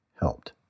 helped